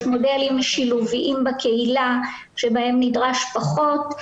יש מודלים שילוביים בקהילה שבהם נדרש פחות.